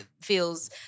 feels